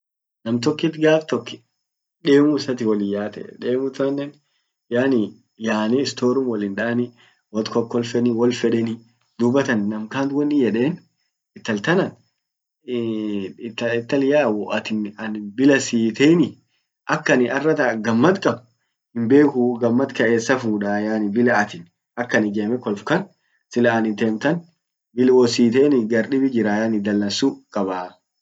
nam tokkit gaf tok, demu issatin wollin yaate. Demu tannen yaani yaane storum wollum dani, wot kollkolfeni, wol fedeni. Dubattan nam kant wonnin yeden intal tanan waatin an bila siiteini akanin arratan gammad kab himbekuu gammad kan essa fudaa yaani bila atin akan ijeme kolf sila anin temtan vile bila wosihiteini gar dibii jiraa, yaani dalansu kabaa.